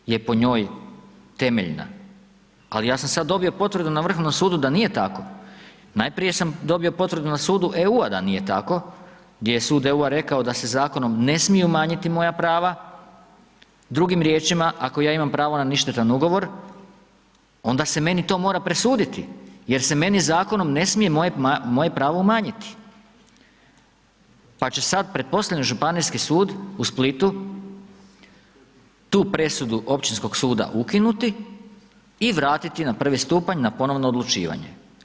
Ta rečenica je po njoj temeljna ali ja sam sad dobio potvrdu na Vrhovnom sudu da nije tako, najprije sam dobio potvrdu na sudu EU-a da nije tako gdje je sud EU-a rekao da se zakonom ne smije umanjiti moja prava, drugim riječima, ako ja imam pravo na ništetan ugovor onda se meni to mora presuditi jer se meni zakonom ne smije moje pravo umanjiti pa će sad pretpostavljam Županijski sud u Splitu tu presudu Općinskog suda ukinuti i vratiti na prvi stupanj na ponovno odlučivanje.